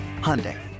Hyundai